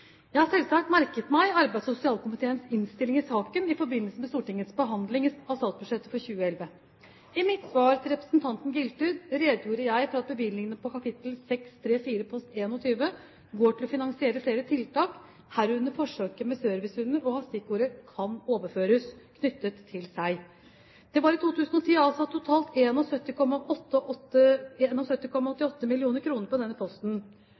Jeg har selvsagt merket meg arbeids- og sosialkomiteens innstilling i saken i forbindelse med Stortingets behandling av statsbudsjettet for 2011. I mitt svar til representanten Giltun redegjorde jeg for at bevilgningen på kap. 634 post 21 går til å finansiere flere tiltak, herunder forsøket med servicehunder, og har stikkordet «kan overføres» knyttet til seg. Det var i 2010 avsatt totalt